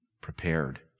prepared